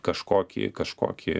kažkokį kažkokį